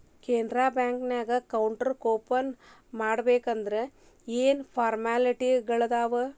Canara bank ನ್ಯಾಗ account open ಮಾಡ್ಬೇಕಂದರ ಯೇನ್ ಫಾರ್ಮಾಲಿಟಿಗಳಿರ್ತಾವ?